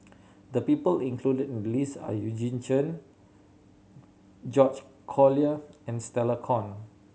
the people included in the list are Eugene Chen George Collyer and Stella Kon